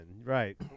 Right